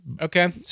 Okay